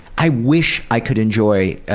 i wish i could enjoy